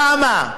למה?